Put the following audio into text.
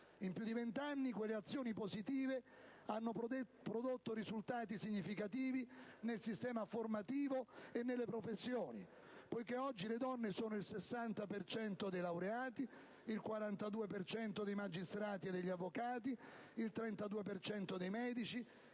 In più di venti anni quelle azioni positive hanno prodotto risultati significativi nel sistema formativo e nelle professioni, poiché oggi le donne sono il 60 per cento dei laureati, il 42 per cento dei magistrati e degli avvocati, il 32 per cento